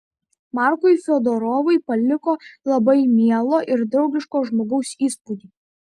markui fiodorovui paliko labai mielo ir draugiško žmogaus įspūdį